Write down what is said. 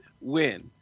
win